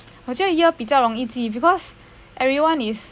好像 year 比较容易记 because everyone is